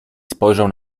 spojrzał